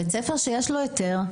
בית ספר שיש לו היתר,